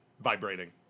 vibrating